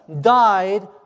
died